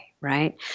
right